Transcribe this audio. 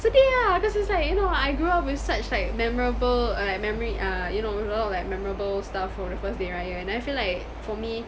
sedih ah because it's like you know I grew up with such like memorable err like memory ah you know with a lot of like memorable stuff from the first day of raya and I feel like for me